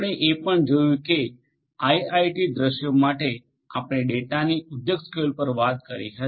આપણે એ પણ જોયું છે કે આઈઆઈઓટી દૃશ્યો માટે આપણે ડેટાની ઉદ્યોગ સ્કેલ પર વાત કરી હતી